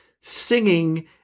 singing